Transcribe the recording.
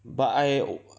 but I o~